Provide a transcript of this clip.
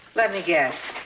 let me guess.